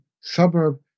suburb